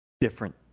different